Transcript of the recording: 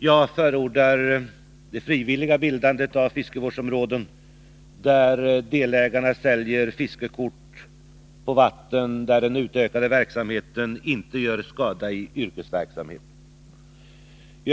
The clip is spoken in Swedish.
Jag förordar det frivilliga bildandet av fiskevårdsområden, där delägarna säljer fiskekort på vatten där den utövade verksamheten inte gör skada för yrkesverksamheten.